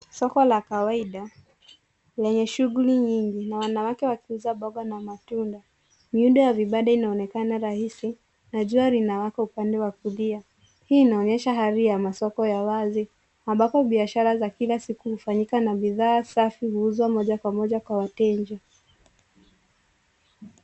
Soko la kawaida, lenye shuguli nyingi na wanawake wakiuza mboga na matunda. Miundo ya vibanda inaonekana rahisi na jua linawaka upande wa kulia. Hii inaonyesha hali ya masoko ya wazi, ambapo biashara za kila siku hufanyika na bidhaa safi huuza moja kwa moja kwa wateja.